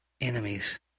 enemies